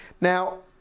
Now